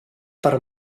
per